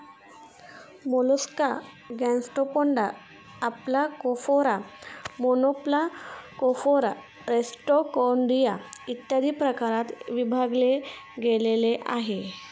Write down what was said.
Mollusca Gastropoda, Aplacophora, Monoplacophora, Rostroconchia, इत्यादी प्रकारात विभागले गेले आहे